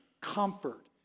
comfort